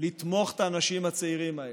לתמוך באנשים הצעירים האלה,